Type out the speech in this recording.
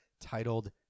titled